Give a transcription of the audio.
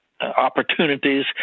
opportunities